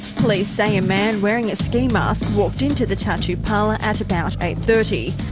police say a man wearing a ski mask walked into the tattoo parlour at about eight thirty.